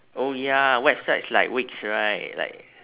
oh ya websites like wix right like